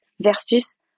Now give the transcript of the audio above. versus